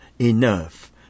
enough